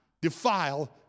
defile